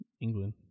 England